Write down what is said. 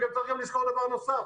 וצריך לשקול דבר נוסף,